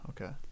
Okay